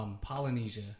Polynesia